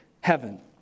heaven